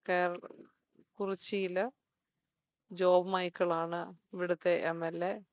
കേര് കുറിച്ചിയില് ജോബ് മൈക്കിളാണ് ഇവിടത്തെ എം എൽ എ